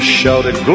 shouted